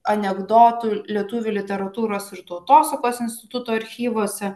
anekdotų lietuvių literatūros ir tautosakos instituto archyvuose